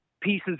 pieces